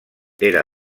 era